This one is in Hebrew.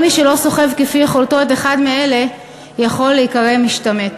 כל מי שלא סוחב כפי יכולתו את אחד מאלה יכול להיקרא משתמט.